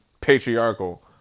patriarchal